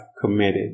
committed